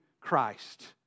Christ